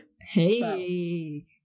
Hey